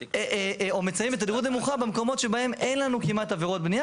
או מצלמים בתדירות נמוכה במקומות שבהם אין לנו כמעט עבירות בנייה